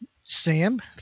Sam